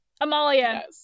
Amalia